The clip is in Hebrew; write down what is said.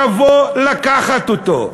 תבוא לקחת אותו.